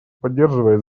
поддерживает